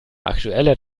aktueller